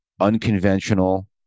unconventional